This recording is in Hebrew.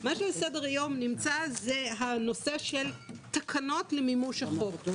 מה שנמצא על סדר היום הוא נושא התקנות למימוש החוק.